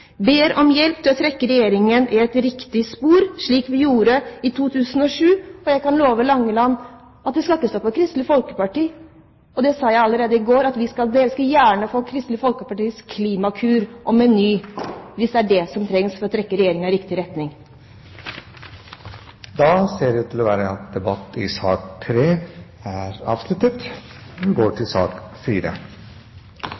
til å trekke Regjeringen i riktig spor, slik vi gjorde i 2007, og jeg kan love Langeland at det skal ikke stå på Kristelig Folkeparti. Allerede i går sa jeg at dere gjerne skal få Kristelig Folkepartis klimakur og meny hvis det er det som trengs for å trekke Regjeringen i riktig retning. Flere har ikke bedt om ordet til sak nr. 3. Etter ønske fra energi- og miljøkomiteen vil presidenten foreslå at taletiden begrenses til 40 minutter, og fordeles med inntil 5 minutter til